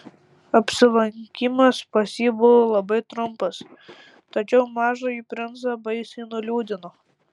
apsilankymas pas jį buvo labai trumpas tačiau mažąjį princą baisiai nuliūdino